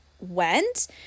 went